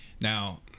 now